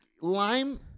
lime